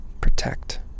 protect